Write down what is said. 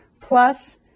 plus